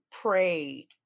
prayed